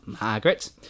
Margaret